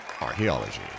archaeology